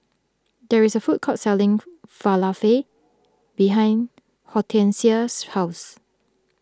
there is a food court selling Falafel behind Hortencia's house